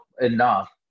enough